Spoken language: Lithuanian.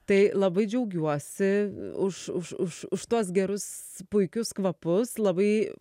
tai labai džiaugiuosi už už už už tuos gerus puikius kvapus labai